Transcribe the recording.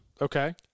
Okay